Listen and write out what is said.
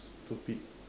stupid